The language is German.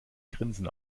grinsen